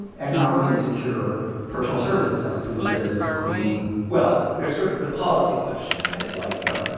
economically insecure personal services, like food service, cleaning well, there's sort of the policy question, right? like. yup.